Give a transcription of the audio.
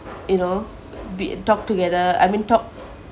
you know be talk together I mean talk